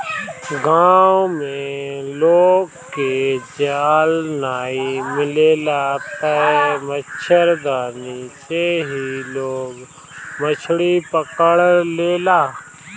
गांव में लोग के जाल नाइ मिलेला तअ मछरदानी से ही लोग मछरी पकड़ लेला